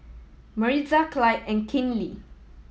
Maritza Clyde and Kinley